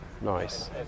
nice